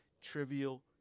trivial